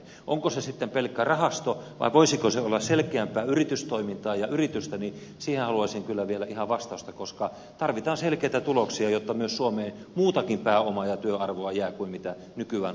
onko se sitten pelkkä rahasto vai voisiko se olla selkeämpää yritystoimintaa ja yritystä siihen haluaisin kyllä vielä vastausta koska tarvitaan selkeitä tuloksia jotta myös suomeen muutakin pääomaa ja työarvoa jää kuin nykyään ulkolaisten yritysten toimesta